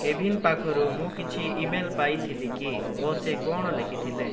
Kevin ପାଖରୁ ମୁଁ କିଛି ଇମେଲ୍ ପାଇଥିଲି କି ଓ ସେ କ'ଣ ଲେଖିଥିଲେ